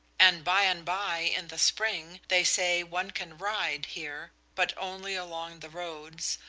and by and by, in the spring, they say one can ride here, but only along the roads,